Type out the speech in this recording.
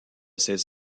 ses